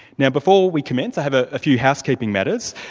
now before we commence i have a few housekeeping matters.